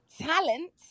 talent